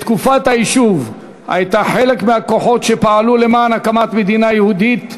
בתקופת היישוב היא הייתה חלק מהכוחות שפעלו למען הקמת מדינה יהודית,